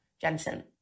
Jensen